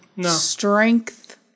strength